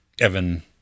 Evan